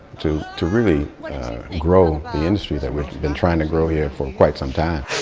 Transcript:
to to really grow the industry that we've been trying to grow here for quite some time.